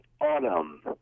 autumn